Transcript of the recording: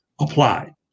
apply